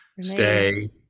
stay